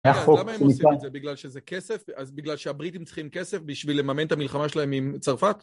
למה הם עושים את זה? בגלל שזה כסף? אז בגלל שהבריטים צריכים כסף בשביל לממן את המלחמה שלהם עם צרפת?